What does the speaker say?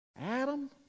Adam